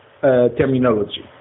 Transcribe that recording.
terminology